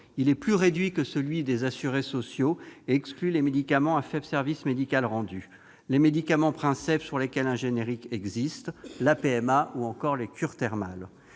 Il est plus réduit que celui des assurés sociaux et exclut les médicaments à faible service médical rendu, les médicaments princeps pour lesquels un générique existe, la PMA ou encore les cures thermales.